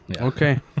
Okay